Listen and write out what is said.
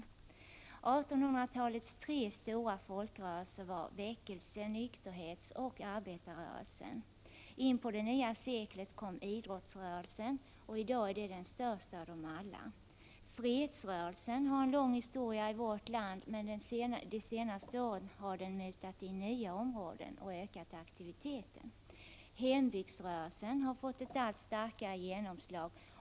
1800-talets tre stora folkrörelser var väckelserörelsen, nykterhetsrörelsen och arbetarrörelsen. En bit in på det nya seklet kom idrottsrörelsen, som i dag är den största av alla rörelserna. Fredsrörelsens historia i vårt land går långt tillbaka i tiden. Men under de senaste åren har den mutat in nya områden och ökat aktiviteten. Hembygdsrörelsen har fått ett allt starkare genomslag.